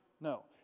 No